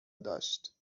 داشت